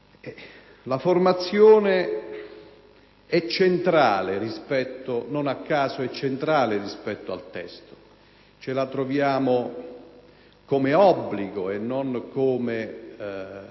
la formazione è centrale rispetto al testo, dove la troviamo come obbligo e non come